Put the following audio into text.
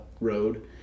road